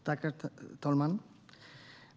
Herr talman!